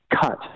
cut